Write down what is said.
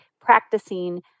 practicing